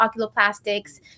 oculoplastics